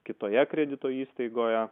kitoje kredito įstaigoje